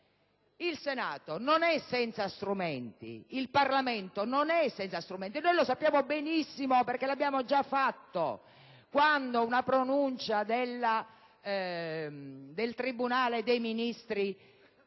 Il Senato non è senza strumenti. Il Parlamento non è senza strumenti. Noi lo sappiamo benissimo, perché ne abbiamo esperienza. Quando una pronuncia del tribunale dei ministri